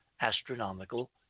astronomical